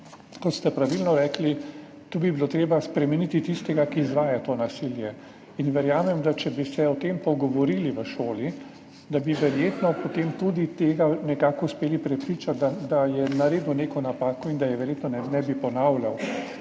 Kot ste pravilno rekli, tukaj bi bilo treba spremeniti tistega, ki izvaja to nasilje in verjamem, da če bi se o tem pogovorili v šoli, bi verjetno potem tudi tega nekako uspeli prepričati, da je naredil neko napako in da je verjetno ne bi ponavljal,